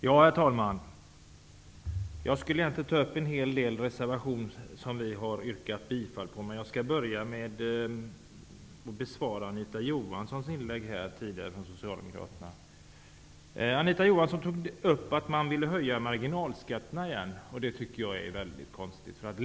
Herr talman! Jag skall ta upp en hel del reservationer som vi yrkar bifall till, men jag vill börja med att kommentera Anita Johanssons inlägg. Anita Johansson tog upp Socialdemokraternas förslag att återigen höja marginalskatterna. Det är mycket konstigt.